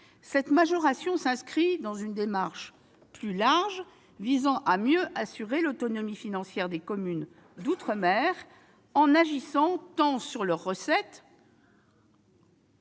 Cette majoration s'inscrit dans une démarche plus large visant à mieux assurer l'autonomie financière des communes d'outre-mer en agissant tant sur leurs recettes-